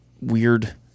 weird